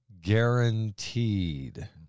guaranteed